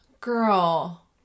Girl